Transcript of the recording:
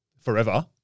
forever